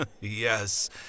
Yes